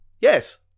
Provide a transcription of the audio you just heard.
yes